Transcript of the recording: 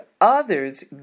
others